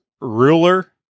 ruler